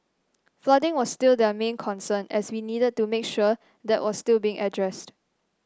flooding was still their main concern and we needed to make sure that was still being addressed